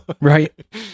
Right